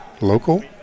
local